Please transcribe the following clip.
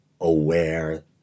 aware